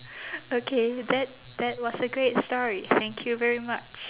okay that that was a great story thank you very much